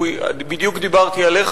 בדיוק דיברתי עליך,